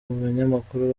umunyamakuru